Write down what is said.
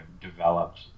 developed